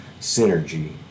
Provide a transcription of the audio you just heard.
synergy